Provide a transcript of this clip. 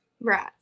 right